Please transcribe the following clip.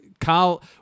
Carl